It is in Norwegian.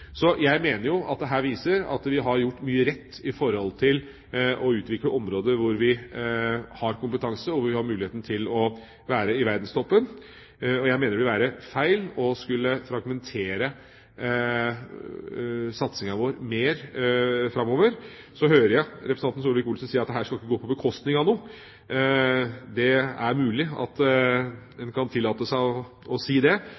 Så har vi leverandørindustri innenfor solceller, som er i verdenstoppen, og på energieffektivisering er vi heller ikke dårlig stilt med tanke på kompetansenivå. Jeg mener dette viser at vi har gjort mye rett med hensyn til å utvikle områder hvor vi har kompetanse og hvor vi har muligheten til å være i verdenstoppen, og jeg mener det ville være feil å skulle fragmentere satsinga vår mer framover. Jeg hører representanten Solvik-Olsen si at dette ikke skal gå på bekostning av